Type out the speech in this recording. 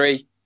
Three